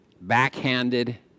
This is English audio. backhanded